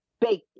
baked